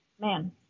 Man